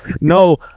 no